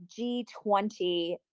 G20